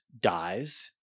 dies